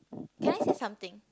can I say something